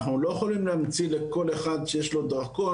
אנחנו לא יכולים להמציא לכל אחד שיש לו דרכון,